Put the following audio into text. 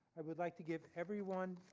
i would like to give everyone